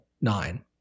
nine